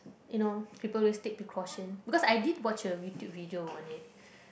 you know people always take precaution because I did watch a YouTube video on it